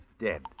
dead